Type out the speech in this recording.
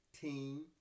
Team